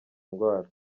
ndwara